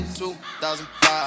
2005